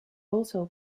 also